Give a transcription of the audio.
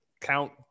count